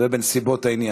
ובנסיבות העניין.